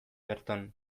berton